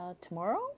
tomorrow